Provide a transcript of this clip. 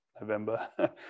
November